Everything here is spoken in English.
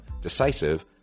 decisive